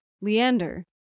Leander